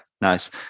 Nice